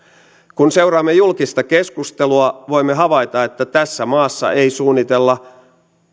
kun seuraamme julkista keskustelua voimme havaita että tässä maassa ei suunnitella